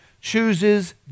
chooses